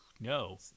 no